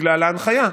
בגלל ההנחיה.